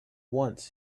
once